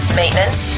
maintenance